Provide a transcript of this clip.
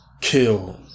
kill